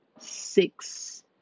six